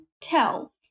tell